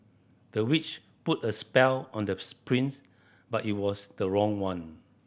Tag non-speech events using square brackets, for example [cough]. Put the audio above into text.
the witch put a spell on the [unintelligible] prince but it was the wrong one